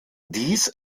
dies